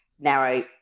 narrow